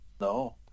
no